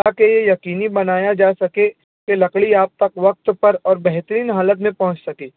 تاکہ یہ یقینی بنایا جا سکے کہ لکڑی آپ تک وقت پر اور بہترین حالت میں پہنچ سکے